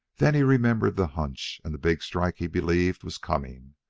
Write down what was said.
then he remembered the hunch and the big strike he believed was coming,